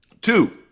Two